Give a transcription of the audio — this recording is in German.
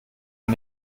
man